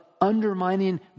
undermining